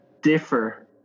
differ